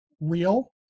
real